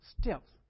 steps